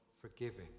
forgiving